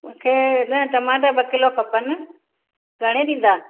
मूंखे न टमाटा ॿ किलो खपनि घणे ॾींदा